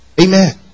Amen